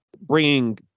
bringing